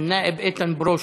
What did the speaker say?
ובעדין, אל-נאאב איתן ברושי.